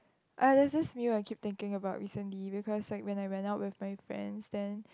uh there's this is meal that I keep thinking about recently because like when I went out with my friends then